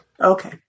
Okay